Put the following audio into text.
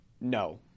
no